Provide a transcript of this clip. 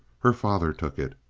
her father took it.